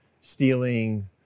stealing